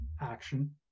action